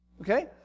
okay